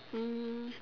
um